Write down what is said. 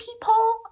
people